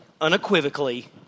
unequivocally